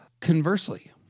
Conversely